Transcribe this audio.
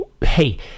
hey